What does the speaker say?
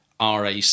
RAC